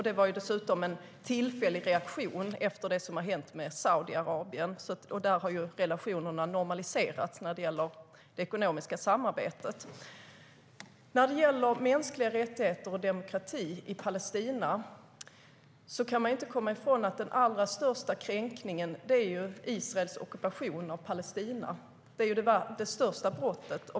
Det var dessutom en tillfällig reaktion efter det som hänt med Saudiarabien, och där har ju relationerna normaliserats när det gäller det ekonomiska samarbetet. När det gäller mänskliga rättigheter och demokrati i Palestina kan man inte komma ifrån att den allra största kränkningen är Israels ockupation av Palestina. Det är det största brottet.